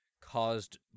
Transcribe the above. caused